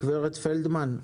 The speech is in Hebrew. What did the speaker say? גברת פלדמן,